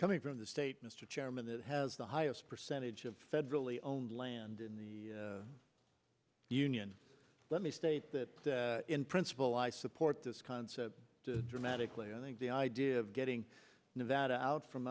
coming from the state mr chairman it has the highest percentage of federally owned land in the union let me state that in principle i support this concept to dramatically i think the idea of getting that out from